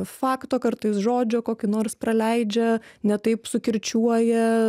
fakto kartais žodžio kokį nors praleidžia ne taip sukirčiuoja